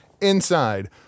inside